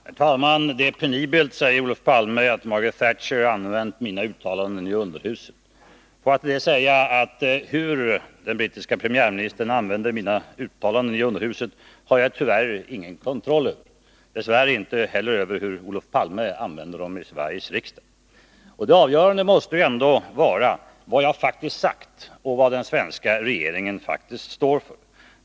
Herr talman! Det är penibelt, säger Olof Palme, att Margaret Thatcher i underhuset använder mina uttalanden. Hur den brittiska premiärministern i underhuset använder mina uttalanden har jag tyvärr ingen kontroll över. Dess värre har jag det inte heller över hur Olof Palme använder dem i Sveriges riksdag. Det avgörande måste ändå vara vad jag faktiskt har sagt och vad den svenska regeringen faktiskt står för.